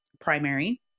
primary